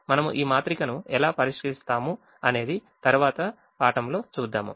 మనము ఈ మాత్రికను ఎలా పరిష్కరిస్తాము అనేది తరువాత పాఠంలో చూద్దాము